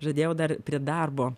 žadėjau dar prie darbo